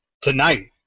Tonight